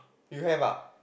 you have ah